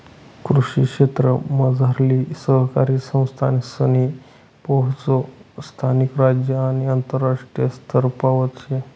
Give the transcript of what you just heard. कृषी क्षेत्रमझारली सहकारी संस्थासनी पोहोच स्थानिक, राज्य आणि आंतरराष्ट्रीय स्तरपावत शे